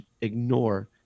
ignore